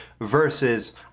versus